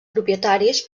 propietaris